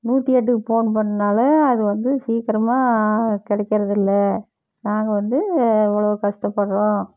நூற்றி எட்டுக்கு ஃபோன் பண்ணாலும் அது வந்து சீக்கிரமாக கிடைக்கறதில்ல நாங்கள் வந்து அவ்வளோ கஷ்டப்படுறோம்